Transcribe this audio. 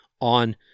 on